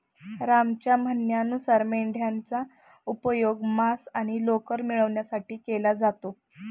रामच्या म्हणण्यानुसार मेंढयांचा उपयोग मांस आणि लोकर मिळवण्यासाठी केला जातो